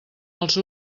els